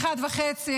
1.5%,